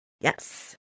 Yes